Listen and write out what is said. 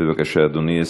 בבקשה, אדוני.